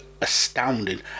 astounding